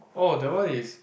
orh that one is